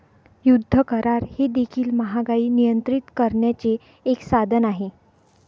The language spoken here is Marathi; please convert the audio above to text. युद्ध करार हे देखील महागाई नियंत्रित करण्याचे एक साधन आहे